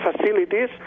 facilities